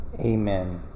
Amen